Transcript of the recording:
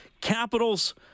Capitals